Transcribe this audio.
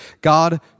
God